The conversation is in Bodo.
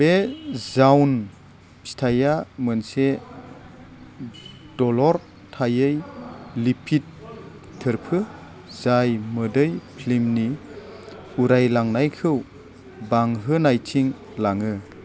बे जाउन फिथाइया मोनसे दलर थायै लिपिड थोरफो जाय मोदै फिल्मनि उरायलांनायखौ बांहोनायथिं लाङो